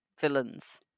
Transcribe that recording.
villains